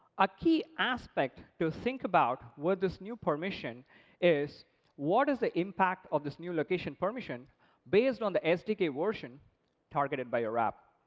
a key aspect to think about with this new permission is what is the impact of this new location permission based on the sdk version targeted by your app?